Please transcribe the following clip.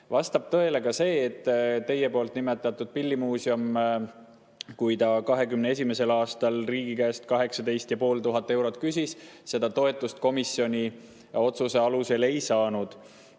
Vastab tõele ka see, et kui teie nimetatud Pillimuuseum 2021. aastal riigi käest 18 500 eurot küsis, ta seda toetust komisjoni otsuse alusel ei saanud.